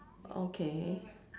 okay